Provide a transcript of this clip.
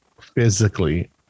physically